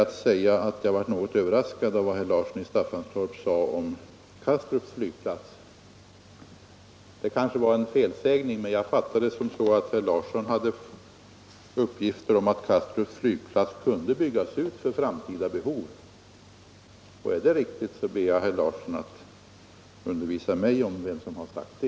Jag var slutligen något överraskad över vad herr Larsson i Staffanstorp sade om Kastrups flygplats. Det var kanske bara en felsägning, men jag uppfattade det så att herr Larsson hade uppgifter om att Kastrups flygplats skulle kunna byggas ut för framtida behov. Är det riktigt, ber jag herr Larsson att undervisa mig om vem som har sagt det.